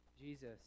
Jesus